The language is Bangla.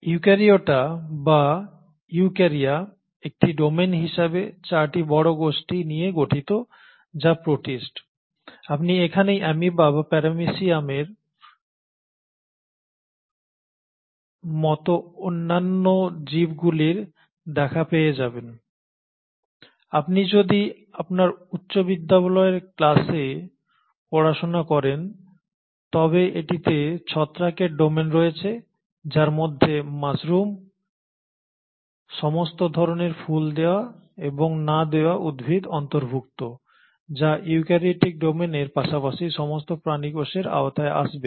ইউক্যারিওটা বা ইউক্যারিয়া একটি ডোমেন হিসাবে 4টি বড় গোষ্ঠী নিয়ে গঠিত যা প্রোটিস্ট আপনি এখানেই অ্যামিবা এবং প্যারামিয়ামের মতো অন্যান্য জীবগুলির দেখা পেয়ে যাবেন আপনি যদি আপনার উচ্চ বিদ্যালয়ের ক্লাসে পড়াশোনা করেন তবে এটিতে ছত্রাকের ডোমেন রয়েছে যার মধ্যে মাশরুম সমস্ত ধরণের ফুল দেওয়া এবং না দেওয়া উদ্ভিদ অন্তর্ভুক্ত যা ইউক্যারিওটিক ডোমেনের পাশাপাশি সমস্ত প্রাণী কোষের আওতায় আসবে